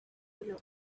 hollow